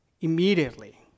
immediately